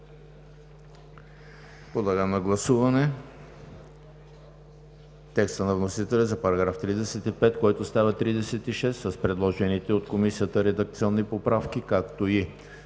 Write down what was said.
Подлагам на гласуване текста на вносителя за § 35, който става § 36, с предложените от Комисията редакционни поправки; както и